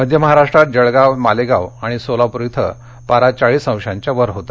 मध्य महाराष्ट्रात जळगाव मालेगाव आणि सोलापूर इथं पारा चाळीस अंशांच्या वर होता